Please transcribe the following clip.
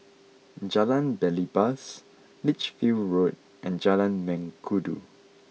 Jalan Belibas Lichfield Road and Jalan Mengkudu